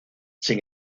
sin